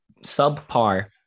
subpar